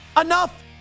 Enough